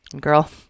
Girl